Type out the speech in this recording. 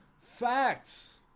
facts